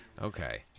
Okay